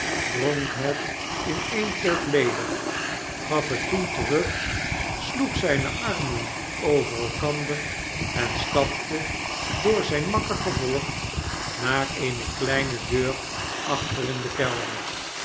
dronk het in e'e'n teug ledig gaf het toen terug sloeg zijne armen over elkander en stapte door zijn makker gevolgd naar eene kleine deur achter in den kelder